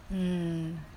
mm